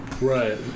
Right